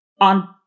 on